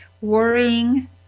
worrying